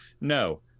No